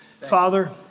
Father